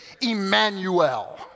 Emmanuel